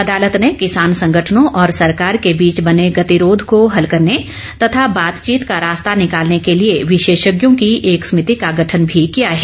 अदालत ने किसान संगठनों और सरकार के बीच बने गतिरोध को हल करने तथा बातचीत का रास्ता निकालने के लिए विशेषज्ञों की एक समिति का गठन भी किया है